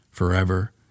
forever